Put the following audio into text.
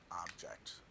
object